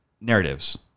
narratives